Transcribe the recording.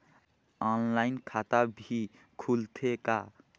Online खाता भी खुलथे का?